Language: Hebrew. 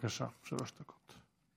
בבקשה, שלוש דקות.